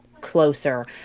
closer